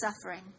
suffering